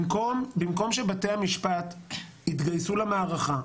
במקום שבתי-המשפט התגייסו למערכה.